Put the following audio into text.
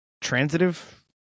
transitive